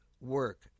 work